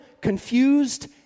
confused